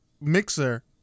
mixer